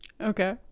Okay